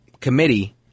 committee